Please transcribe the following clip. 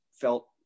felt